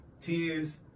tears